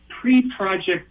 pre-project